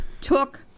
took